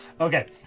Okay